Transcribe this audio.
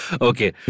Okay